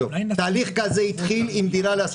תהליך כזה התחיל עם דירה להשכיר